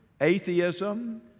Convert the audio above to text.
atheism